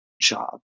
job